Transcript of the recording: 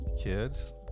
kids